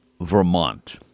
Vermont